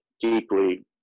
deeply